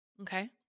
Okay